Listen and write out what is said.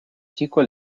chico